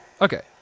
Okay